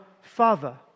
Father